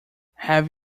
have